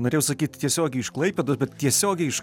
norėjau sakyt tiesiogiai iš klaipėdos bet tiesiogiai iš